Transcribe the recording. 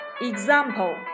example